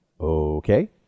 Okay